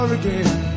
again